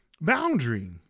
Boundary